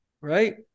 right